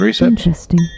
Interesting